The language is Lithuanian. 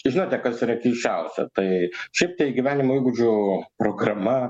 žinote kas yra keisčiausia tai šiaip tai gyvenimo įgūdžių programa